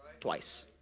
twice